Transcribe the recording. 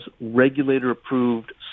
regulator-approved